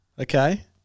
Okay